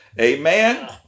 amen